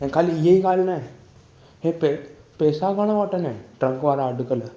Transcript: ख़ाली इहे ॻाल्हि नाहे इहे पैसा घणा वठंदा आहिनि ट्रक वारा अॼुकल्ह